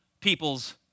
people's